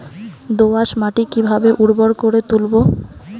দোয়াস মাটি কিভাবে উর্বর করে তুলবো?